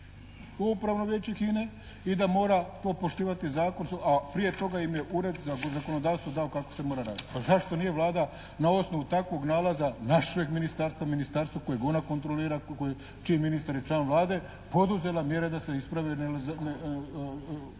u upravno vijeće HINA-e i da mora to poštivati, a prije toga im je Ured za zakonodavstvo dao kako se mora raditi. Pa zašto nije Vlada na osnovu takvog nalaza našeg ministarstva, ministarstva kojeg ona kontrolira, čiji ministar je član Vlade, poduzela mjere da se isprave određeni